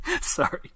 Sorry